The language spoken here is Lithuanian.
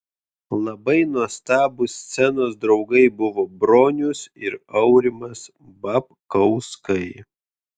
labai nuostabūs scenos draugai buvo bronius ir aurimas babkauskai